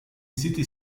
city